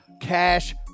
cash